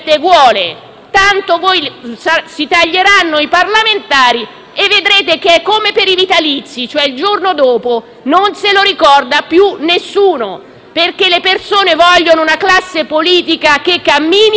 Si taglieranno i parlamentari ma vedrete che sarà come per i vitalizi: il giorno dopo non se lo ricorderà più nessuno. Le persone vogliono una classe politica che cammini e che funzioni,